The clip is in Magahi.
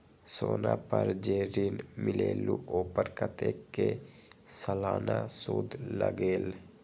सोना पर जे ऋन मिलेलु ओपर कतेक के सालाना सुद लगेल?